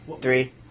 Three